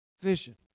vision